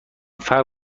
فرق